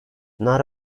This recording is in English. not